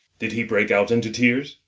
did he break out into tears?